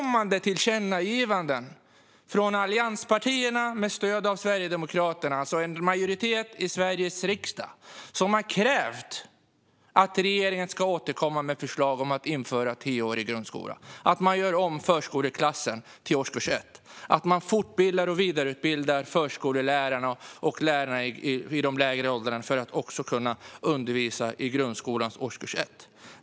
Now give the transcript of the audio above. Allianspartierna har med stöd av Sverigedemokraterna återkommande gjort tillkännagivanden där vi - en majoritet i Sveriges riksdag - har krävt att regeringen ska återkomma med förslag om att införa tioårig grundskola. Förskoleklassen ska göras om till årskurs 1. Förskollärare och lärare i de lägre årskurserna ska fortbildas och vidareutbildas så att de också kan undervisa i grundskolans årskurs 1.